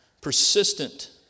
persistent